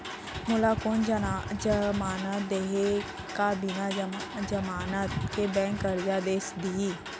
मोला कोन जमानत देहि का बिना जमानत के बैंक करजा दे दिही?